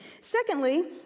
Secondly